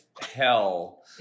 hell